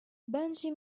benji